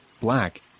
black